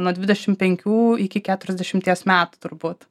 nuo dvidešim penkių iki keturiasdešimties metų turbūt